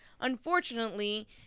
unfortunately